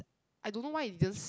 I don't know why it feels